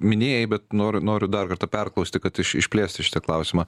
minėjai bet noriu noriu dar kartą perklausti kad išplėsti šitą klausimą